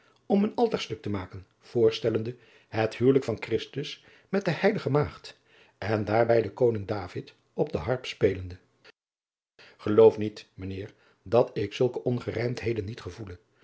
om een altaarstuk te maken voorstellende het huwelijk van christus met de heilige maagd en daarbij den koning david op de harp spelende geloof niet mijn heer dat ik zulke ongerijmdheden niet gevoele